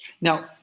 Now